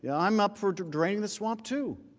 yeah i'm up for doing this want to.